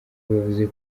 yavuze